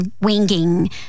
winging